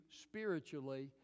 spiritually